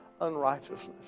unrighteousness